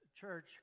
church